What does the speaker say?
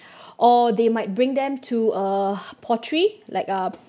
or they might bring them to a pottery like uh